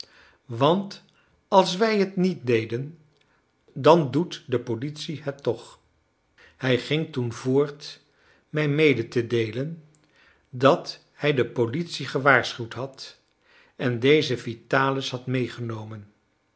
want als wij het niet deden dan doet de politie het toch hij ging toen voort mij mede te deelen dat hij de politie gewaarschuwd had en deze vitalis had medegenomen